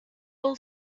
will